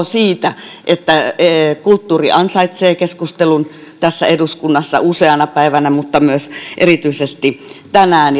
siitä että kulttuuri ansaitsee keskustelun tässä eduskunnassa useana päivänä mutta myös erityisesti tänään